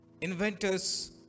inventors